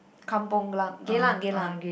Kampung-glam Geylang Geylang